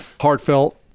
heartfelt